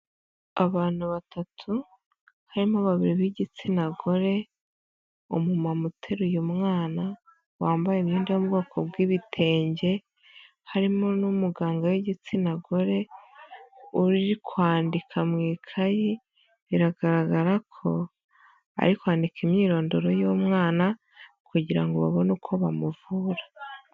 Abantu batatu harimo babiri b'igitsina gore, umumama uteruye umwana, wambaye imyenda yo m'ubwoko bw'ibitenge, harimo n'umuganga w'igitsina gore, uri kwandika mu ikayi biragaragara ko ari kwandika imyirondoro y'umwana kugira ngo babone uko bamuvura.